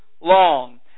long